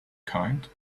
kind